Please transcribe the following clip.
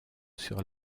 sur